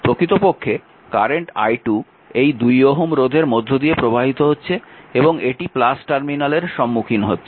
প্রকৃতপক্ষে current i2 এই 2 ohm রোধের মধ্য দিয়ে প্রবাহিত হচ্ছে এবং এটি টার্মিনালের সম্মুখীন হচ্ছে